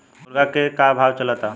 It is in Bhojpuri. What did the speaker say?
मुर्गा के का भाव चलता?